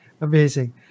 amazing